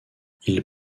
ils